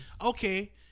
Okay